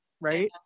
right